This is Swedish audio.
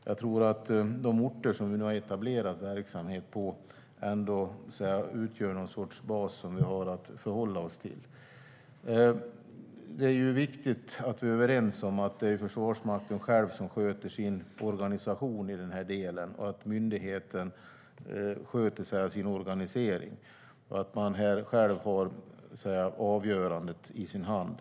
Jag tror dock att de orter som vi har etablerad verksamhet på utgör den bas vi har att förhålla oss till. Det är viktigt att vi är överens om att det är Försvarsmakten själv som sköter sin organisation i denna del och att myndigheten sköter sin egen organisering. Man har själv avgörandet i sin hand.